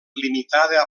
limitada